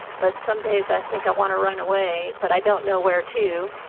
but some days, i think i want to run away, but i don't know where to.